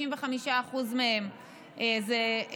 95% מהם זה,